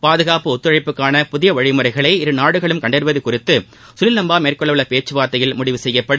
பாதுகாப்பு ஒத்துழைப்புக்கான புதிய வழிமுறைகளை இரு நாடுகளும் கண்டறிவது குறித்து கனில் லம்பா மேற்கொள்ள உள்ள பேச்சுவார்த்தையில் முடிவு செய்யப்படும்